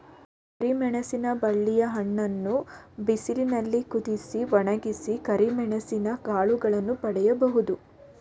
ಕರಿಮೆಣಸಿನ ಬಳ್ಳಿಯ ಹಣ್ಣನ್ನು ಬಿಸಿಲಿನಲ್ಲಿ ಕುದಿಸಿ, ಒಣಗಿಸಿ ಕರಿಮೆಣಸಿನ ಕಾಳುಗಳನ್ನು ಪಡಿಬೋದು